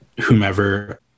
whomever